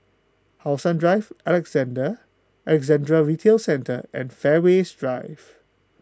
How Sun Drive Alexandra Retail Centre and Fairways Drive